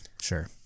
Sure